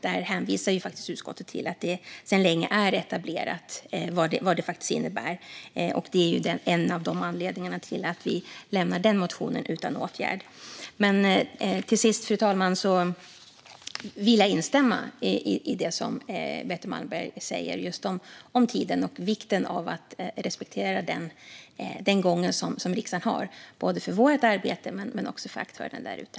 Där hänvisar utskottet till att det sedan länge är etablerat vad det innebär. Det är en av anledningarna till att vi lämnar den motionen utan åtgärd. Men till sist, fru talman, vill jag instämma i det som Betty Malmberg säger just om tiden och vikten av att respektera den arbetsgång som riksdagen har. Det gäller både vårt arbete och aktörerna där ute.